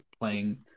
playing